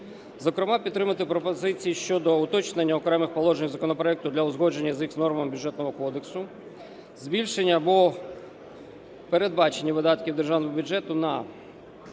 Зокрема підтримати пропозиції щодо уточнення окремих положень законопроекту для узгодження їх з нормами Бюджетного кодексу; збільшення або передбачені видатки державного бюджету на